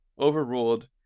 overruled